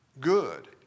good